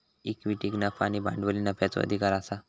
इक्विटीक नफा आणि भांडवली नफ्याचो अधिकार आसा